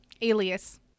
alias